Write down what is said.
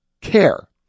care